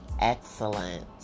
excellent